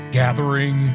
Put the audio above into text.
gathering